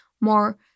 more